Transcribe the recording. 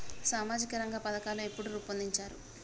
సామాజిక రంగ పథకాలు ఎప్పుడు రూపొందించారు?